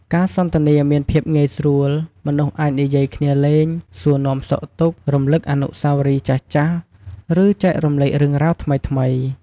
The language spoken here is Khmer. ការសន្ទនាគ្នាមានភាពងាយស្រួល មនុស្សអាចនិយាយគ្នាលេង សួរនាំសុខទុក្ខ រំលឹកអនុស្សាវរីយ៍ចាស់ៗ ឬចែករំលែករឿងរ៉ាវថ្មីៗ។